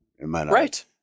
Right